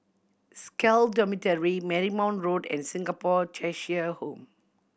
SCAL Dormitory Marymount Road and Singapore Cheshire Home